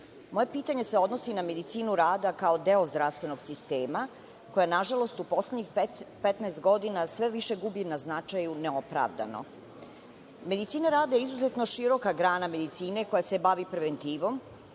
pitanje se odnosi na Medicinu rada kao deo zdravstvenog sistema, koje nažalost u poslednjih 15 godina sve više gubi na značaju neopravdano. Medicina rada je izuzetno široka grana medicine koja se bavi preventivom,